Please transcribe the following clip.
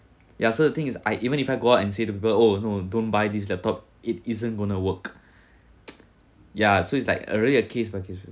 ya so the thing is I even if I go out and say to people oh no don't buy this laptop it isn't going to work ya so it's like a really a case by case